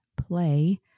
play